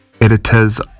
editors